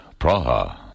Praha